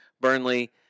Burnley